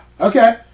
Okay